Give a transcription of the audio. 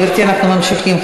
גברתי, אנחנו ממשיכים.